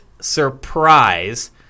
surprise